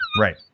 Right